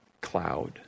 cloud